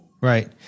Right